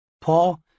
Paul